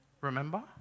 remember